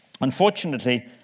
unfortunately